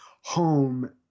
home